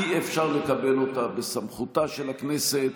הוא פגיעה שאי-אפשר לקבל אותה בסמכותה של הכנסת,